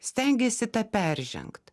stengiasi tą peržengt